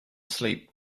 sleep